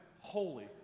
holy